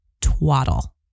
twaddle